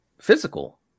physical